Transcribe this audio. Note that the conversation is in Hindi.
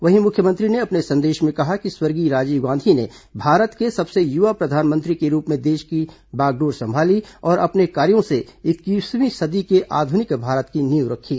वहीं मुख्यमंत्री ने अपने संदेश में कहा कि स्वर्गीय राजीव गांधी ने भारत के सबसे युवा प्रधानमंत्री के रूप में देश की बागडोर संभाली और अपने कार्यों से इक्कीसवीं सदी के आधुनिक भारत की नींव रखीं